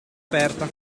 aperta